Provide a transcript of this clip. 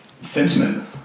sentiment